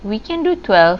we can do twelve